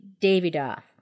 Davidoff